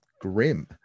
grim